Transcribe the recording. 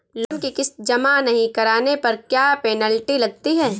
Loan की किश्त जमा नहीं कराने पर क्या पेनल्टी लगती है?